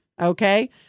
okay